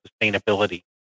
sustainability